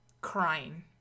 crying